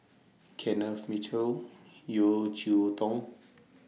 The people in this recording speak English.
Kenneth Mitchell Yeo Cheow Tong